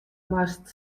moatst